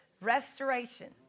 Restoration